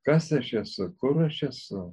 kas aš esu kur aš esu